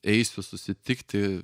eisiu susitikti